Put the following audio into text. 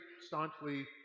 staunchly